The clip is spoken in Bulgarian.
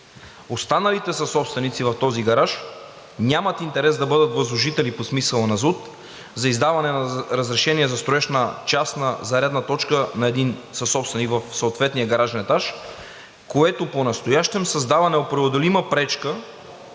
Останалите съсобственици в този гараж нямат интерес да бъдат възложители по смисъла на ЗУТ за издаване на разрешение за строеж на частна зарядна точка на един съсобственик в съответния гаражен етаж, което понастоящем създава непреодолима пречка